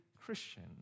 Christian